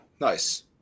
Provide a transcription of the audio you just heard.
Nice